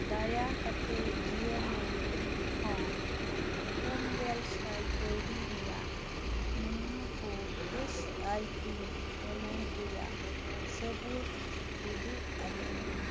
ᱫᱟᱭᱟ ᱠᱟᱛᱮᱫ ᱡᱤᱭᱳ ᱢᱟᱱᱤ ᱠᱷᱚᱱ ᱯᱩᱱ ᱜᱮᱞᱥᱟᱭ ᱠᱟᱣᱰᱤ ᱨᱮᱭᱟᱜ ᱢᱟᱹᱱᱦᱟᱹ ᱠᱚ ᱮᱥ ᱟᱭ ᱯᱤ ᱯᱮᱢᱮᱱᱴ ᱨᱮᱭᱟᱜ ᱥᱟᱹᱵᱩᱫᱽ ᱩᱫᱩᱜ ᱟᱞᱮᱢᱮ